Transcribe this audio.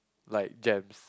like gems